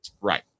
Right